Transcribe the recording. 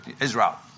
Israel